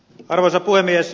arvoisa puhemies